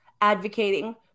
advocating